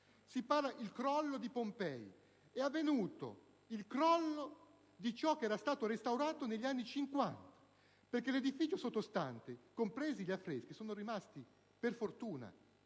in realtà a Pompei è avvenuto il crollo di ciò che era stato restaurato negli anni '50, perché l'edificio sottostante, compresi gli affreschi, è rimasto - per fortuna